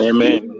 Amen